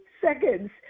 seconds